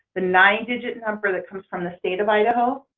the nine digit number that comes from the state of idaho.